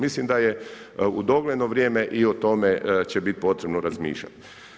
Mislim da je u dogledno vrijeme i o tome će biti potrebno razmišljati.